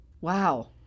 Wow